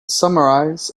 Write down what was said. summarize